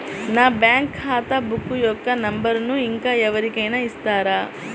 నా బ్యాంక్ ఖాతా బుక్ యొక్క నంబరును ఇంకా ఎవరి కైనా ఇస్తారా?